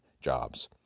jobs